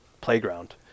playground